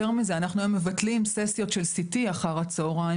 יותר מזה: אנחנו היום מבטלים ססיות של CT אחר הצוהריים,